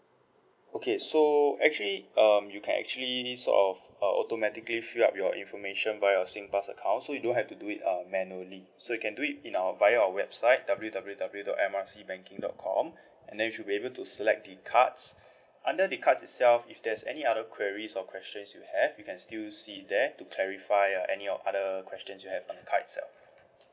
okay so actually um you can actually sort of uh automatically fill up your information via your singpass account so you don't have to do it um manually so you can do it in our via our website W_W_W dot M_R_C banking dot com and then you should be able to select the cards under the cards itself if there's any other queries or questions you have you can still see there to clarify uh any or other questions you have in card itself